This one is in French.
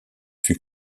fut